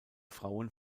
frauen